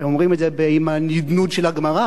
הם אומרים את זה עם הנדנוד של הגמרא,